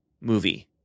movie